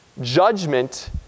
judgment